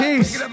Peace